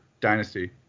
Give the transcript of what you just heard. dynasty